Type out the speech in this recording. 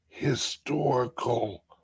historical